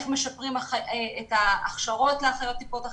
את ההכשרות לטיפות החלב,